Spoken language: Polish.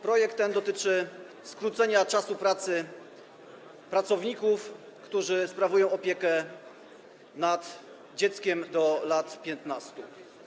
Projekt ten dotyczy skrócenia czasu pracy pracowników, którzy sprawują opiekę nad dzieckiem do lat 15.